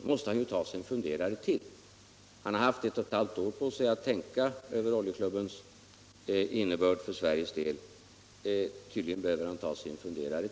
så måste han ju ta sig en funderare till. Han har haft ett och ett halvt år på sig att tänka över Oljeklubbens innebörd för Sveriges del, och tydligen behöver han ta sig ytterligare en funderare.